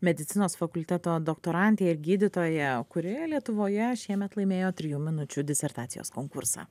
medicinos fakulteto doktorante ir gydytoja kuri lietuvoje šiemet laimėjo trijų minučių disertacijos konkursą